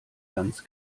ganz